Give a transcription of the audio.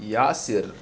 Yasir